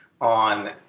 on